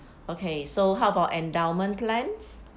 okay so how about endowment plans